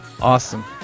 awesome